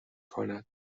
کند